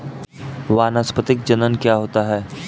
वानस्पतिक जनन क्या होता है?